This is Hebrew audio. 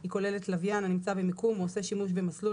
(2) היא כוללת לווין הנמצא במיקום או עושה שימוש במסלול,